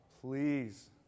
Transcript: Please